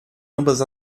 ambas